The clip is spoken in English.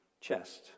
chest